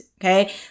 Okay